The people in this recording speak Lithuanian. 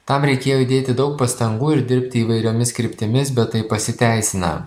tam reikėjo įdėti daug pastangų ir dirbti įvairiomis kryptimis bet tai pasiteisina